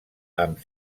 amb